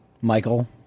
Michael